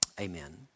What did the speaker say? amen